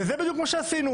וזה בדיוק מה שעשינו.